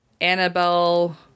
Annabelle